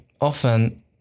often